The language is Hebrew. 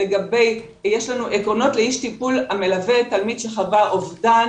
יש לנו עקרונות לאיש טיפול המלווה תלמיד שחווה אובדן,